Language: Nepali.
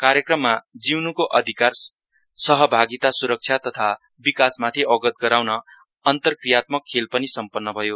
कार्यक्रममा जीउन्को अधिकार सहभागिता सुरक्षा तथा विकासमाथि अवगत गराउन अन्तरकृयात्मक खेल पनि सम्पन्न भयो